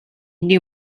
new